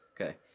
Okay